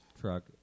truck